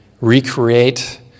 recreate